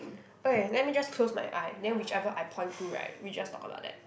okay let me just close my eye then whichever I point to right we just talk about that